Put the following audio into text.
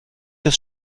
das